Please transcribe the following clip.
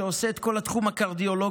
שעושה את כל התחום הקרדיולוגי,